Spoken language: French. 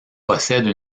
possède